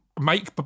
make